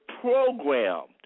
programmed